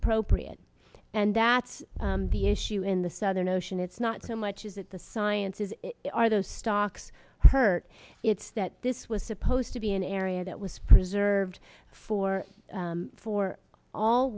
appropriate and that's the issue in the southern ocean it's not so much is that the sciences are those stocks hurt it's that this was supposed to be an area that was reserved for for all